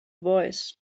voice